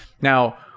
Now